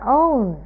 own